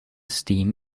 steam